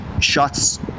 shots